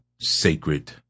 sacred